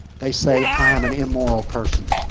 they say i am an immoral person.